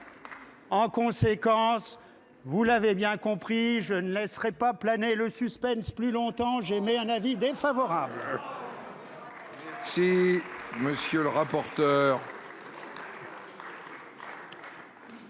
En conséquence, vous l'avez bien compris, je ne laisserai pas planer le suspense plus longtemps j'émets un avis défavorable. Ministre. La parole